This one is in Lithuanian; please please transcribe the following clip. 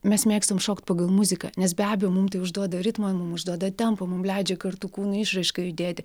mes mėgstam šokt pagal muziką nes be abejo mum tai užduoda ritmą mum užduoda tempą mum leidžia kartu kūno išraiškai judėti